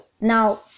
Now